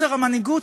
לבכי ולנהי.